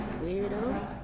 weirdo